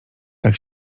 tak